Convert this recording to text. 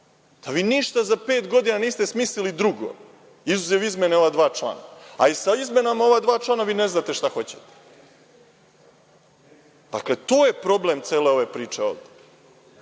da vi ništa za pet godina niste smislili drugo, izuzev izmene ova dva člana, a i sa izmenama ova dva člana vi ne znate šta hoćete. Dakle, to je problem cele ove priče ovde.